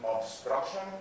obstruction